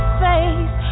face